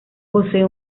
posee